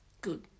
good